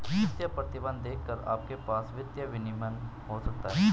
वित्तीय प्रतिबंध देखकर आपके पास वित्तीय विनियमन हो सकता है